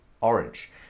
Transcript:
orange